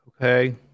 Okay